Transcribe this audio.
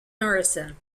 morrison